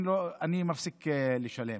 אני מפסיק לשלם.